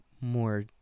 more